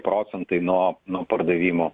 procentai nuo nuo pardavimo